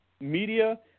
Media